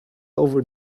over